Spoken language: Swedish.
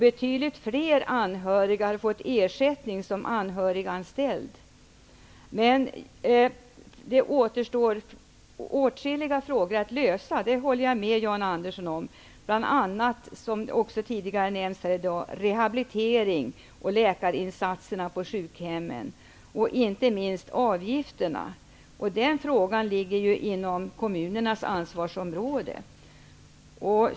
Betydligt fler anhöriga har fått ersättning som anhöriganställda. Åtskilliga frågor återstår att lösa; det håller jag med Jan Andersson om. Vi skall bl.a. lösa frågorna om rehabilitering och om läkarinsatser på sjukhemmen, vilket sagts här tidigare i dag, och inte minst frågan om avgifterna. Den frågan ligger inom kommunernas ansvarsområde.